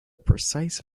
precise